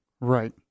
Right